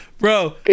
Bro